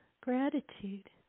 gratitude